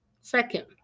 second